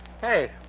Hey